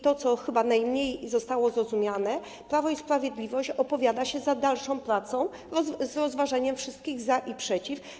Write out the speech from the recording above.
To, co chyba najmniej zostało zrozumiane, Prawo i Sprawiedliwość opowiada się za dalszą pracą, z rozważeniem wszystkich za i przeciw.